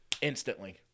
Instantly